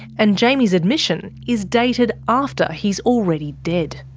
and jaimie's admission is dated after he's already dead.